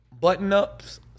button-ups